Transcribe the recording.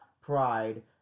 Pride